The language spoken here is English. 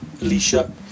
Alicia